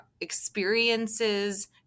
experiences